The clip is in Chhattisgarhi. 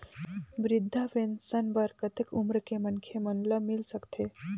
वृद्धा पेंशन बर कतेक उम्र के मनखे मन ल मिल सकथे?